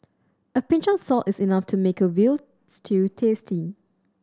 a pinch of salt is enough to make a veal stew tasty